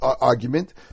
argument